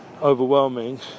overwhelming